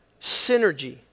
synergy